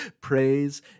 Praise